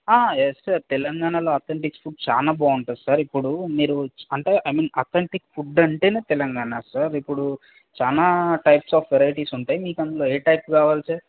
yes sir తెలంగాణలో authentic food చాలా బాగుంటుంది సార్ ఇప్పుడు మీరు అంటే ఐమీన్ అథంటిక్ ఫుడ్ అంటే తెలంగాణ సార్ ఇప్పుడు చాలా టైప్స్ ఆఫ్ వెరైటీస్ ఉంటాయి మీకు అందులో ఏ టైప్ కావాలి సార్